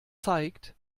zeigt